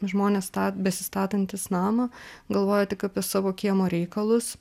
žmonės sta besistatantys namą galvoja tik apie savo kiemo reikalus